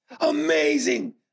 amazing